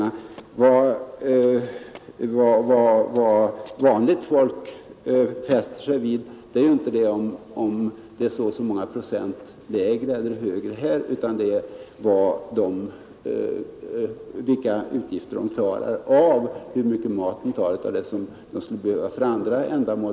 Men vad vanliga människor fäster sig vid är ju inte om livsmedlen tar så eller så många procent mindre eller mer av hushållsbudgetens 100 procent utan hur mycket som går till mat av de pengar som man skulle behöva ha för andra ändamål.